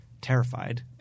terrified